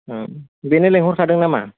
बेनो लेंहरखादों नामा